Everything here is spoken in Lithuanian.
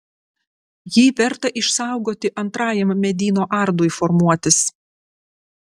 jį verta išsaugoti antrajam medyno ardui formuotis